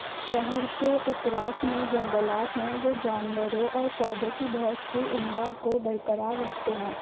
شہر کے اطراف میں جنگلات ہیں جو جانوروں اور پودوں کی بہت سی انواع کو برقرار رکھتے ہیں